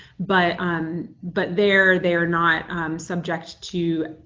but um but they're they are not subject to